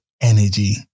energy